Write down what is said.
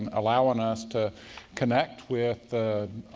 and allowing us to connect with the,